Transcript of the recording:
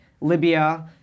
Libya